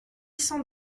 cent